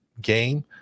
game